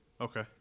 Okay